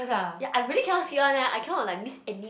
ya I really cannot skip one leh I cannot like miss any